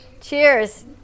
Cheers